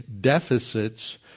deficits